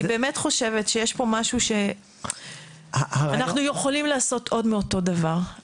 אני באמת חושבת שיש פה משהו שאנחנו יכולים לעשות עוד מאותו דבר.